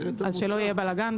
שלא יהיה בלגאן.